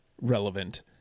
relevant